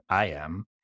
IAM